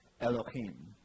elohim